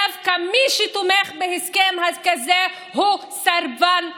דווקא מי שתומך בהסכם כזה הוא סרבן שלום.